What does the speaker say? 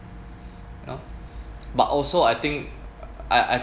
you know but also I think I I